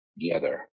together